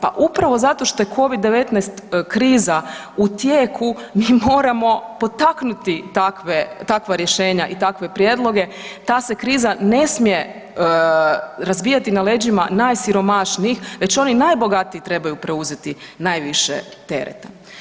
Pa upravo zato što je covid-19 kriza u tijeku mi moramo potaknuti takva rješenja i takve prijedloge, ta se kriza ne smije razbijati na leđima najsiromašnijih već oni najbogatiji trebaju preuzeti najviše tereta.